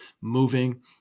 moving